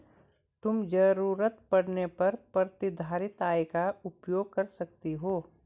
तुम ज़रूरत पड़ने पर प्रतिधारित आय का उपयोग कर सकती हो